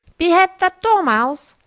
behead that dormouse!